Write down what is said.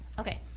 okay,